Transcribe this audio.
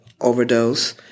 overdose